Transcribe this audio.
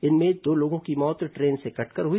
इनमें दो लोगों की मौत ट्रेन से कटकर हुई